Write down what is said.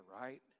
right